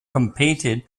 competed